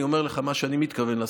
אני אומר לך מה שאני מתכוון לעשות,